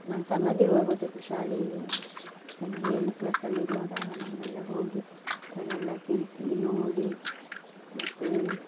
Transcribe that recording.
ನಾನು ಸಣ್ಣದಿರುವಾಗ ಹೋದದ್ದು ಶಾಲೆ ಸಣ್ಣ ಏಳನೇ ಕ್ಲಾಸಲ್ಲಿರುವಾಗ ನಾನೆಲ್ಲ ಹೋಗಿ ಅದನ್ನೆಲ್ಲ ತಿರುಗಿ ನೋಡಿ ಮತ್ತು